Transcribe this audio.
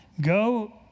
go